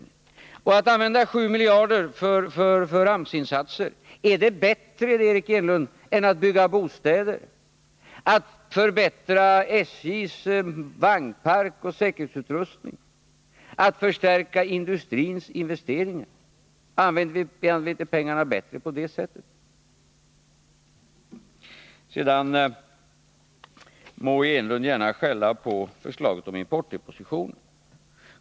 Och, Eric Enlund, att acceptera 7 miljarder för AMS-insatser, är det bättre än att bygga bostäder, än att förbättra SJ:s vagnpark och säkerhetsutrustning, än att förstärka industrins investeringar? Använder vi inte pengarna bättre på sådana sätt? Sedan må Eric Enlund gärna skälla på förslaget om importdepositioner.